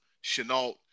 Chenault